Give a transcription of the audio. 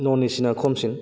न'न एसिना खमसिन